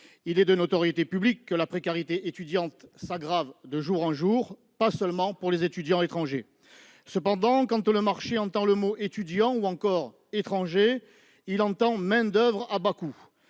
Il est de notoriété publique que la précarité étudiante s'aggrave de jour en jour, et pas seulement pour les étudiants étrangers. Cependant, quand le marché entend le mot « étudiant » ou encore le mot « étranger », il entend « main-d'oeuvre à bas coût